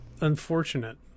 unfortunate